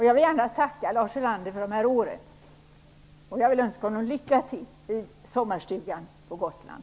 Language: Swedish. Jag vill gärna tacka Lars Ulander för de här åren, och jag vill önska honom lycka till i sommarstugan på Gotland.